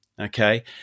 okay